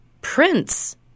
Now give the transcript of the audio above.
prince